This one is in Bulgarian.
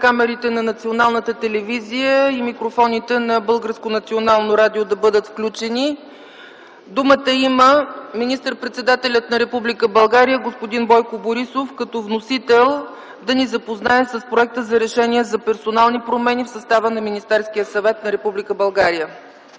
камерите на Националната телевизия и микрофоните на Българското национално радио да бъдат включени. Има думата министър-председателят на Република България господин Бойко Борисов като вносител да ни запознае с проекта за Решение за персонални промени в състава на Министерския съвет на Република България.